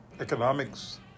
economics